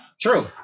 True